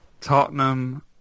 Tottenham